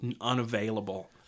unavailable